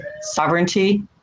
sovereignty